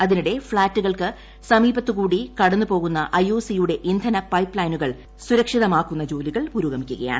അതിനിടെ ഫ്ളാറ്റുകൾക്ക് സമീപത്തുകൂടി കടന്നു പോകുന്ന ഐഒസിയുടെ ഇന്ധന പൈപ്പ് ലൈനുകൾ സുരക്ഷിതമാക്കുന്ന ജോലികൾ പുരോഗമിക്കുകയാണ്